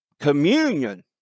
communion